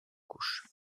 couches